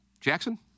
Jackson